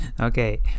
Okay